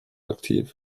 aktiv